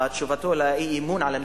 בתשובתו לאי-אמון על המצוקה,